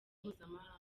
mpuzamahanga